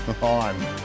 on